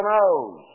nose